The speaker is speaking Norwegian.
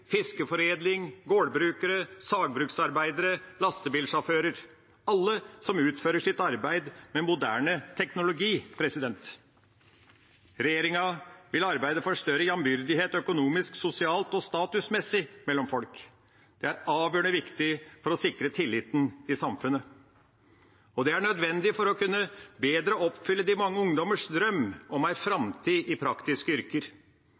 fiskeforedling, gårdbrukere, sagbruksarbeidere og lastebilsjåfører – alle som utfører sitt arbeid med moderne teknologi. Regjeringa vil arbeide for større jevnbyrdighet økonomisk, sosialt og statusmessig mellom folk. Det er avgjørende viktig for å sikre tilliten i samfunnet, og det er nødvendig for bedre å kunne oppfylle de mange ungdommers drøm om en framtid i praktiske yrker.